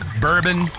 bourbon